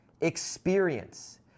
experience